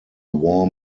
war